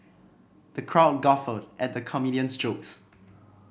the crowd guffawed at the comedian's jokes